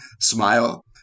smile